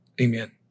Amen